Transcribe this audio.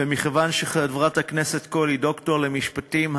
ומכיוון שחברת הכנסת קול היא דוקטור למשפטים,